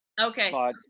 Okay